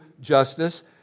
justice